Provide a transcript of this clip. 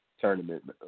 tournament